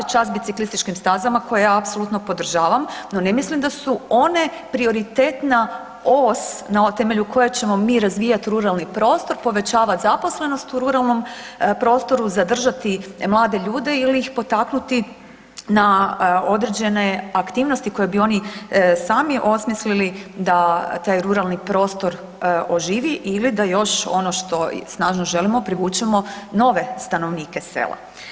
Čast biciklističkim stazama koje ja apsolutno podržava, no ne mislim da su one prioritetna os na temelju koje ćemo mi razvijati ruralni prostor, povećavat zaposlenost u ruralnom prostoru, zadržati mlade ljude ili ih potaknuti na određene aktivnosti koje bi oni sami osmislili da taj ruralni prostor oživi ili da još ono što snažno želimo privučemo nove stanovnike sela.